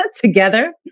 together